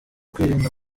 kwirinda